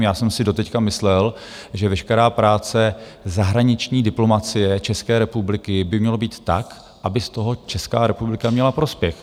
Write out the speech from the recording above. Já jsem si doteď myslel, že veškerá práce zahraniční diplomacie České republiky by měla být taková, aby z toho Česká republika měla prospěch.